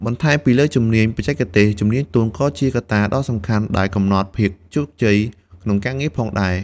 បន្ថែមពីលើជំនាញបច្ចេកទេស ជំនាញទន់ ក៏ជាកត្តាដ៏សំខាន់ដែលកំណត់ភាពជោគជ័យក្នុងការងារផងដែរ។